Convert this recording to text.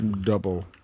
Double